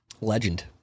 Legend